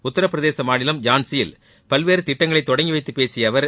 உத்தரப்பிரதேச மாநிலம் ஜான்சியில் பல்வேறு திட்டங்களை தொடங்கிவைத்துப் பேசிய அவர்